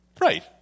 Right